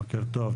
בוקר טוב.